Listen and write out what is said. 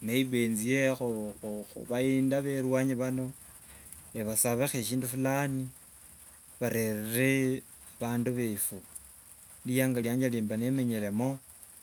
maybe njiekho khubainda bhelwanyi bhano ni basabakho eshindu fulani bharere bandu bhefu murianga riange rimba menyeremo.